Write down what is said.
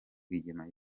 rwigema